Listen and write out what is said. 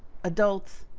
adults,